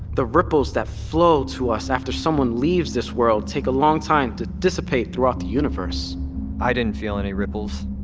the ripples that flow to us after someone leaves this world take a long time to dissipate throughout the universe i didn't feel any ripples.